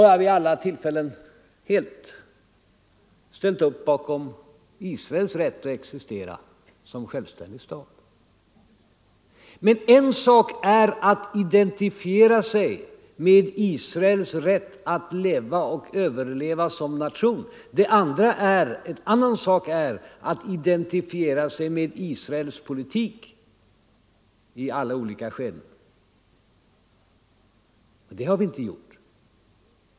Jag har vid alla tillfällen ställt upp bakom Israels rätt att existera som självständig stat. Men det är en sak att identifiera sig med Israels rätt att leva och överleva som nation, en annan sak är att identifiera sig med Israels politik i olika skeden. Det har vi inte gjort.